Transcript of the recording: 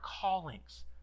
callings